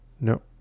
No